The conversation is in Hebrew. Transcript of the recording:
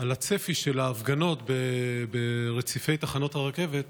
על הצפי של ההפגנות ברציפי תחנות הרכבת,